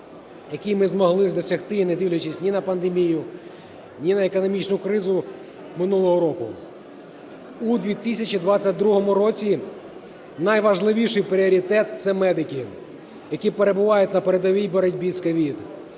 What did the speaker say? який ми змогли досягти, не дивлячись ні на пандемію, ні на економічну кризу минулого року. У 2022 році найважливіший пріоритет – це медики, які перебувають на передовій у боротьбі з COVID,